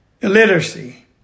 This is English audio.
illiteracy